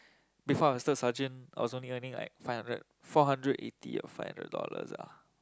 before I was third sergeant I also getting like five hundred four eighty or five hundred dollars ah